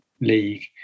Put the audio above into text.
League